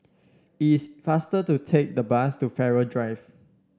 it's faster to take the bus to Farrer Drive